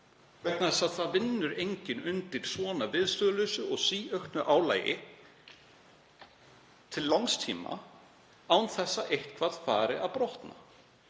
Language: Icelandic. vegna þess að enginn vinnur undir svona viðstöðulausu og síauknu álagi til langs tíma án þess að eitthvað fari að brotna.